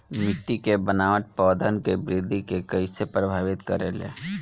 मिट्टी के बनावट पौधन के वृद्धि के कइसे प्रभावित करे ले?